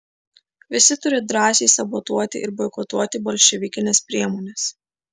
visi turi drąsiai sabotuoti ir boikotuoti bolševikines priemones